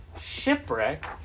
shipwreck